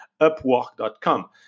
upwork.com